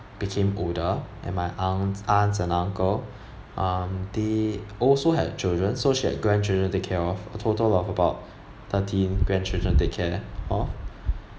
became older and my aun~ aunts and uncle aunty also had children so she had grandchildren take care of total of about thirteen grandchildren take care hor